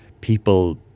people